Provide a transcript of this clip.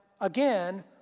again